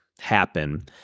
happen